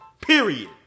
Period